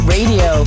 Radio